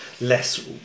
less